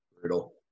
brutal